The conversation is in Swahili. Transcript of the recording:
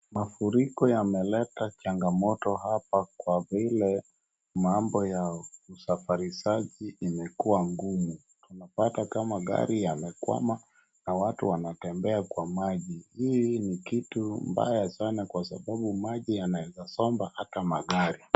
Mafuriko yameleta changaoto hapa kwa vile mambo ya usafirishaji imekuwa ngumu. Tunapata kama gari yamekwama an watu wanatembea kwa maji. Hii kitu mbaya sana kwa sababu maji yanaeza somba hata magari.